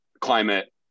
climate